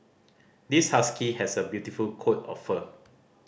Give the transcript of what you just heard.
this husky has a beautiful coat of fur